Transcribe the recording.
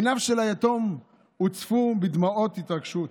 עיניו של היתום הוצפו בדמעות התרגשות.